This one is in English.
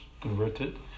converted